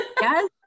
yes